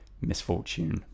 Misfortune